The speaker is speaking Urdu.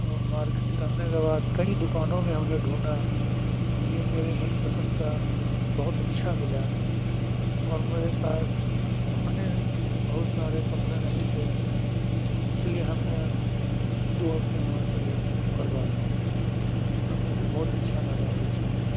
اور مارکیٹ کر نے بعد کئی دکانوں میں ہم نے ڈھونڈا تو یہ میرے من پسند کا بہت اچھا ملا اور میرے پاس پہننے بہت سارے کپڑے نہیں تھے اس لیے ہم نے دو ہم نے وہاں سے لے بک کر وا لیا اور مجھے بہت اچھا لگا وہ چیز